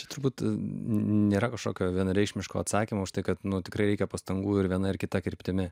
turbūt nėra kažkokio vienareikšmiško atsakymo už tai kad tikrai reikia pastangų ir viena ar kita kryptimi